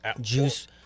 Juice